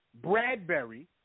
Bradbury